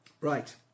Right